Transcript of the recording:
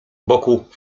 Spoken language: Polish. boku